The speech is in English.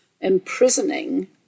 imprisoning